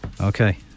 Okay